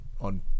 on